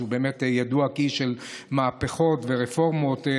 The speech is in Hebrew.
שבאמת ידוע כאיש של מהפכות ורפורמות,